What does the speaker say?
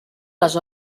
les